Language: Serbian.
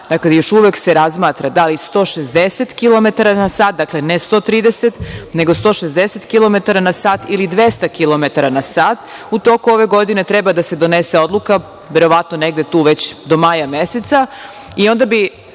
dakle još uvek se razmatra da li 160 kilometara na sat, dakle ne 130, nego 160 kilometara na sat, ili 200 kilometara na sat.U toku ove godine treba da se donese odluka, verovatno negde tu već do maja meseca